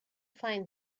find